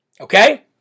Okay